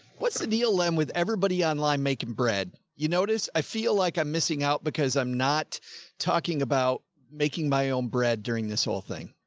what's the deal then with everybody online making bread, you notice, i feel like i'm missing out because i'm not talking about making my own bread during this whole thing.